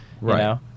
right